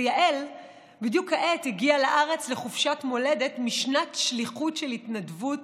ויעל בדיוק כעת הגיעה לארץ לחופשת מולדת משנת שליחות של התנדבות